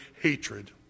hatred